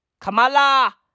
Kamala